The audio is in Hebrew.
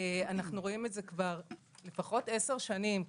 אנחנו רואים את זה לפחות 10 שנים.